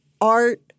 art